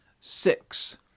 Six